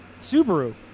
Subaru